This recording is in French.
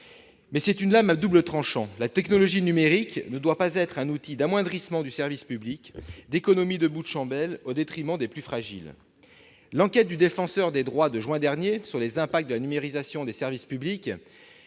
Mais c'est une lame à double tranchant. La technologie numérique ne doit pas être un outil d'amoindrissement du service public et d'économies de bouts de chandelle au détriment des plus fragiles. L'enquête du Défenseur des droits sur les impacts de la numérisation des services publics